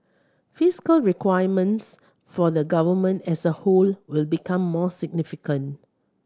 fiscal requirements for the Government as a whole will become more significant